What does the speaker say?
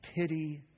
pity